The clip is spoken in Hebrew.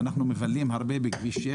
ואנחנו מבלים הרבה בכביש 6